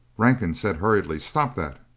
rankin said hurriedly, stop that!